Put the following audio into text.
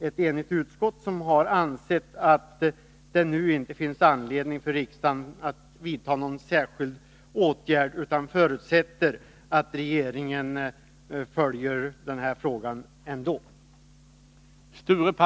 Ett enigt utskott har ansett att det nu inte finns anledning för riksdagen att vidta några särskilda åtgärder. Vi förutsätter att regeringen ändå följer denna fråga.